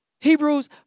Hebrews